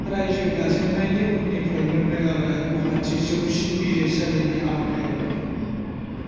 रायजो दाजेननायनि उननिफ्रायनो मेघालया गुवाहाटी जौसिन बिजिरसालिनि आवथायाव दं